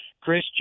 Chris